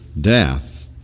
death